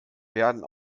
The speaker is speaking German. werden